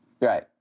Right